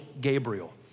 Gabriel